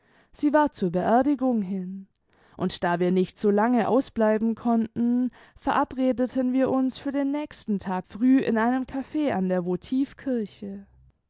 sie war zur beerdigung hin und da wir nicht so lange ausbleiben konnten verabredeten wir ims für den nächsten tag früh in einem caf an der votivkirche